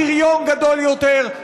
הפריון גדול יותר,